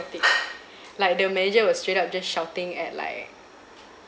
like the manager was straight up just shouting at like